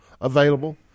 available